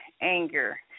anger